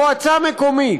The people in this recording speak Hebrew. מועצה מקומית,